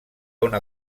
una